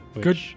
Good